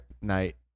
night